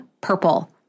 purple